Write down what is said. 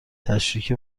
تشریک